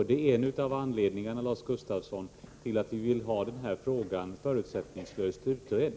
Det är en av anledningarna, Lars Gustafsson, till att vi vill ha frågan förutsättningslöst utredd.